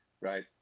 right